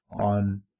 on